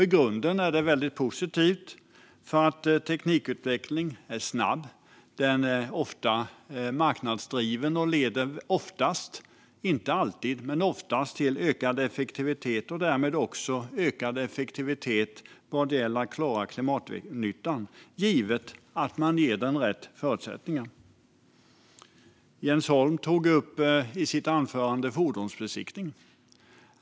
I grunden är det väldigt positivt. Teknikutvecklingen är snabb, ofta marknadsdriven och leder oftast, men inte alltid, till ökad effektivitet och därmed ökad effektivitet vad gäller att klara klimatnyttan, givet att man ger den rätt förutsättningar. Jens Holm tog i sitt anförande upp frågan om fordonsbesiktning.